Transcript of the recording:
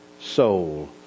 soul